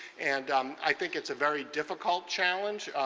and um i think it's a very difficult challenge.